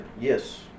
Yes